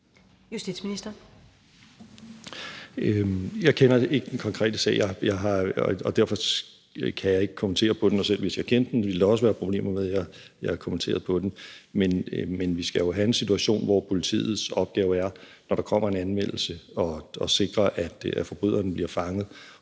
Jeg kender ikke den konkrete sag, og derfor kan jeg ikke kommentere på den, og selv hvis jeg kendte den, ville der også være problemer i, at jeg kommenterede på den. Men vi skal jo have en situation, hvor politiets opgave, når der kommer en anmeldelse, er at sikre, at forbryderne bliver fanget,